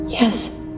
Yes